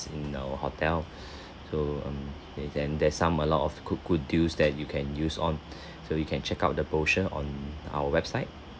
in our hotel so um yes then there's some a lot of good good deals that you can use on so you can check out the brochure on our website